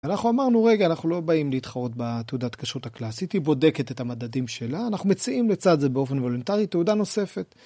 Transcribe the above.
אנחנו אמרנו, רגע, אנחנו לא באים להתחרות בתעודת כשרות הקלאסית, היא בודקת את המדדים שלה, אנחנו מציעים לצד זה באופן וולנטרי תעודה נוספת.